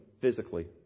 physically